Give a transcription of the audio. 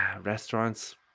restaurants